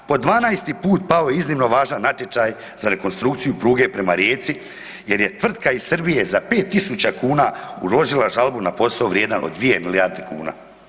Po 12-ti put pao je iznimno važan natječaj za rekonstrukciju pruge prema Rijeci jer je tvrtka iz Srbije za 5.000 kuna uložila žalbu na posao vrijedan od 2 milijarde kuna.